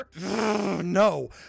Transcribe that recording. no